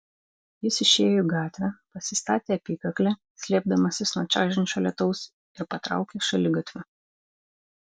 jis išėjo į gatvę pasistatė apykaklę slėpdamasis nuo čaižančio lietaus ir patraukė šaligatviu